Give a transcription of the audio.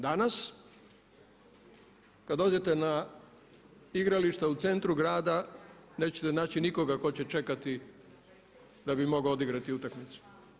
Danas kad dođete na igrališta u centru grada nećete naći nikoga tko će čekati da bi mogao odigrati utakmicu.